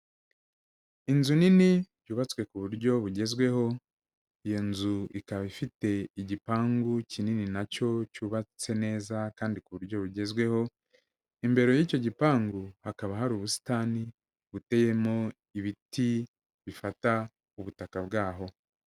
Inzu nini yubatswe ku buryo bugezweho, iyo nzu ikaba ifite igipangu kinini na cyo cyubatse neza kandi ku buryo bugezweho, imbere y'icyo gipangu hakaba hari ubusitani buteyemo ibiti bifata ubutaka bwa ho.